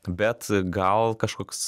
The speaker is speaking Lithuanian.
bet gal kažkoks